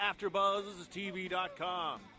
AfterBuzzTV.com